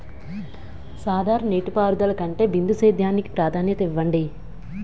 సాధారణ నీటిపారుదల కంటే బిందు సేద్యానికి ప్రాధాన్యత ఇవ్వండి